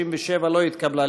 37 לא התקבלה.